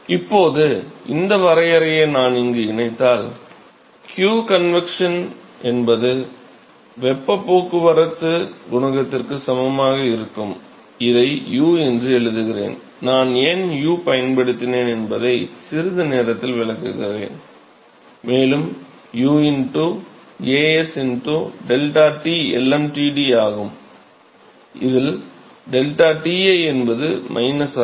இப்போது அந்த வரையறையை நான் இங்கு இணைத்தால் q convection என்பது வெப்பப் போக்குவரத்துக் குணகத்திற்குச் சமமாக இருக்கும் இதை U என்று எழுதுகிறேன் நான் ஏன் U பயன்படுத்தினேன் என்பதை சிறிது நேரத்தில் விளக்குகிறேன் மேலும் U A s ΔT lmtd ஆகும் இதில் ΔTi என்பது ஆகும்